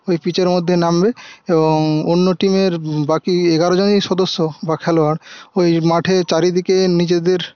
ওই পিচের মধ্যে নামবে এবং অন্য টিমের বাকি এগারোজনই সদস্য বা খেলোয়াড় ওই মাঠে চারিদিকে নিজেদের